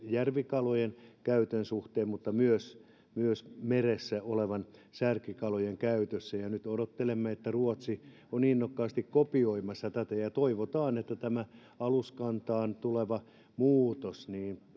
järvikalojen käytön suhteen mutta myös myös meressä olevan särkikalan käytössä ja ja nyt odottelemme että ruotsi on innokkaasti kopioimassa tätä toivotaan että kun tämä aluskantaan tuleva muutos